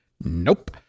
Nope